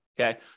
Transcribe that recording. Okay